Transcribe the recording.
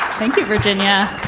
thank you, virginia.